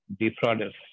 defrauders